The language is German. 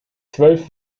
zwölf